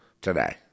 today